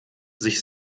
sich